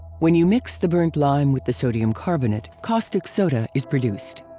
when you mix the burnt lime with the sodium carbonate caustic soda is produced.